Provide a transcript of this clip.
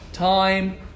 Time